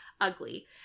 ugly